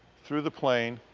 through the plane,